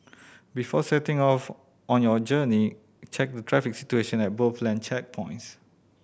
before setting off on your journey check the traffic situation at both land checkpoints